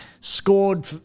Scored